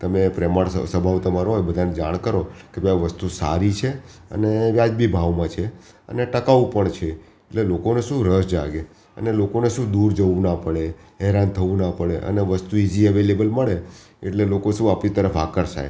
તમે પ્રેમાળ સ સ્વભાવ તમારો હોય બધાને જાણ કરો કે ભાઈ આ વસ્તુ સારી છે અને વ્યાજબી ભાવમાં છે અને ટકાઉ પણ છે એટલે લોકોને શું રસ જાગે અને લોકોને શું દૂર જવું ના પડે હેરાન થવું ના પડે અને વસ્તુ ઇઝી અવેલેબલ મળે એટલે લોકો શું આપણી તરફ આકર્ષાય